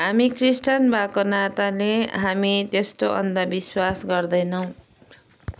हामी क्रिस्टियन भएको नाताले हामी त्यस्तो अन्धविश्वास गर्दैनौँ